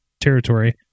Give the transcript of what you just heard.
territory